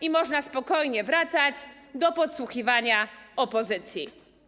i można spokojnie wracać do podsłuchiwania opozycji.